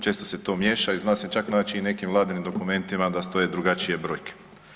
Često se to miješa i zna se čak naći i u nekim vladinim dokumentima da stoje drugačije brojke.